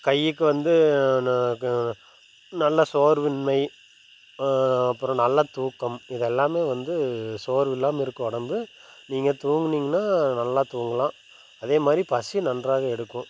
கைக்கு வந்து ந க நல்லா சோர்வின்மை அப்புறம் நல்ல தூக்கம் இதெல்லாமே வந்து சோறு இல்லாமல் இருக்கும் உடம்பு நீங்கள் தூங்குனீங்கன்னா நல்லா தூங்கலாம் அதே மாதிரி பசி நன்றாக எடுக்கும்